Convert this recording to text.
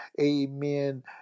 amen